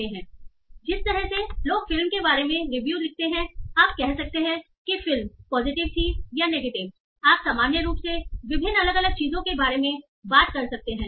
इसलिए जिस तरह से लोग फिल्म के बारे में रिव्यू लिखते हैं आप कह सकते हैं कि फिल्म पॉजिटिव थी या नेगेटिव आप सामान्य रूप से विभिन्न अलग अलग चीजों के बारे में बात कर सकते हैं